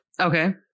Okay